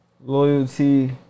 Loyalty